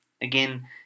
Again